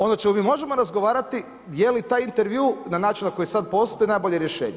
Ono o čemu mi možemo razgovarati, je li taj intervju, na način na koji sad postoji najbolje rješenje.